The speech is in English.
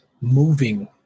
moving